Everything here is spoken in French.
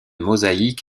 mosaïques